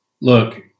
Look